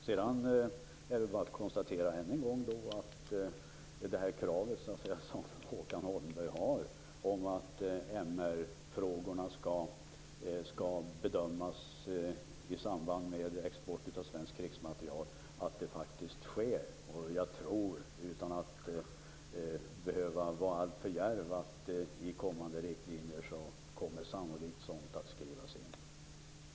Sedan är det bara att än en gång konstatera att Håkan Holmbergs krav på att MR-frågorna skall bedömas i samband med export av svensk krigsmateriel faktiskt uppfylls. Utan att behöva vara alltför djärv tror jag att det är sannolikt att sådant kommer att skrivas in i kommande riktlinjer.